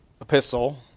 epistle